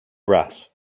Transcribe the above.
brass